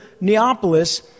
Neapolis